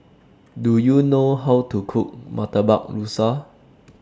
Do YOU know How to Cook Murtabak Rusa